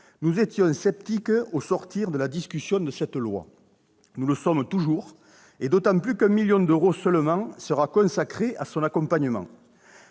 nous étions sceptiques au sortir de la discussion de cette loi. Nous le sommes toujours et d'autant plus que 1 million d'euros seulement sera consacré à son accompagnement.